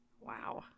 Wow